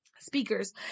speakers